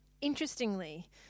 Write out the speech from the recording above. Interestingly